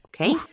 Okay